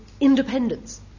independence